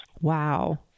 Wow